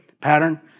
Pattern